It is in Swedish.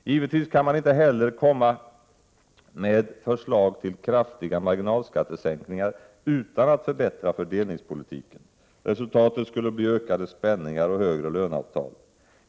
Givetvis kan man inte heller komma med förslag till kraftiga marginalskattesänkningar utan att förbättra fördelningspolitiken. Resultatet skulle bli ökade spänningar och högre löneavtal.